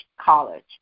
college